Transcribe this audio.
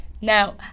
Now